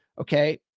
okay